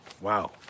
wow